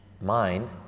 mind